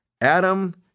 Adam